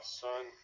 son